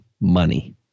money